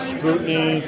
Scrutiny